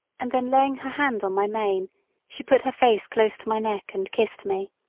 and then laying her hand on my mane she put her face close to my neck and kissed me.